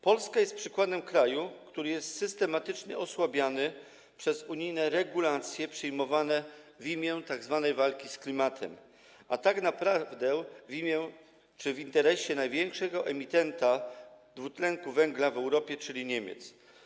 Polska jest przykładem kraju, który jest systematycznie osłabiany prze unijne regulacje przyjmowane w imię tzw. walki z klimatem, a tak naprawdę w interesie największego emitenta dwutlenku węgla w Europie, czyli Niemiec.